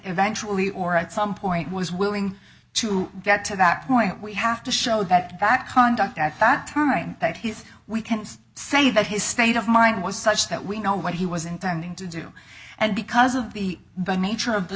eventually or at some point was willing to get to that point we have to show that that conduct at that time that he is we can't say that his state of mind was such that we know what he was intending to do and because of the but nature of the